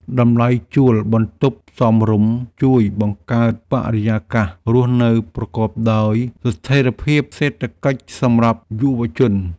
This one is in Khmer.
តម្លៃជួលបន្ទប់សមរម្យជួយបង្កើតបរិយាកាសរស់នៅប្រកបដោយស្ថិរភាពសេដ្ឋកិច្ចសម្រាប់យុវជន។